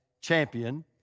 champion